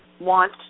want